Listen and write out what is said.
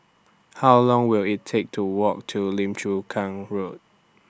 How Long Will IT Take to Walk to Lim Chu Kang Road